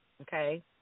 Okay